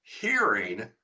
hearing